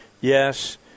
yes